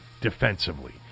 defensively